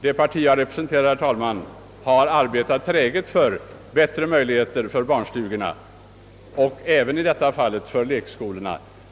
Det parti jag representerar har dock arbetat träget för bättre möjligheter för barnstugorna och i detta fall även för lekskolorna.